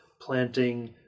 planting